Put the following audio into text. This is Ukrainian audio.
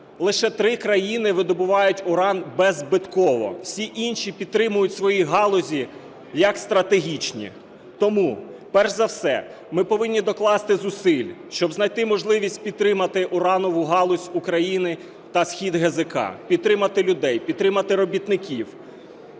лише три країни видобувають уран беззбитково, всі інші підтримують свої галузі як стратегічні. Тому, перш за все, ми повинні докласти зусиль, щоб знайти можливість підтримати уранову галузь України та "Схід ГЗК", підтримати людей, підтримати робітників,